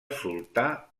sultà